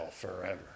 forever